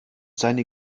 seine